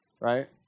right